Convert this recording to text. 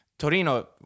Torino